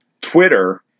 Twitter